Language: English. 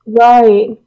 right